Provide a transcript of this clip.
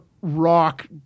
rock